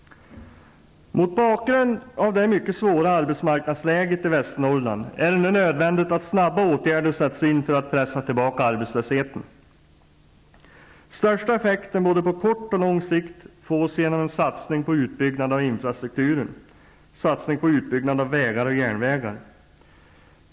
Mot bakgrund av det mycket svåra arbetsmarknadsläget i Västernorrland är det nödvändigt att åtgärder snabbt vidtas för att arbetslösheten skall pressas tillbaka. Den största effekten på både kort och lång sikt fås genom satsningar på en utbyggnad av infrastrukturen, satsningar på utbyggnad av vägar och järnvägar.